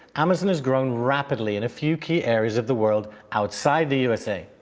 amazon has grown rapidly in a few key areas of the world outside the usa.